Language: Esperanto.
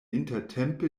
intertempe